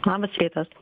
labas rytas